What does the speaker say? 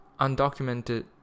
undocumented